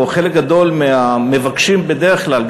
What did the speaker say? או חלק גדול מהמבקשים בדרך כלל,